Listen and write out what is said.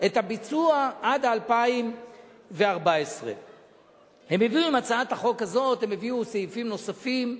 את הביצוע עד 2014. עם הצעת החוק הזאת הם הביאו סעיפים נוספים,